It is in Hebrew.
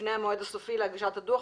לפני המועד הסופי להגשת הדוח,